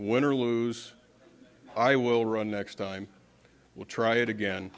win or lose i will run next time we'll try it again